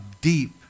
deep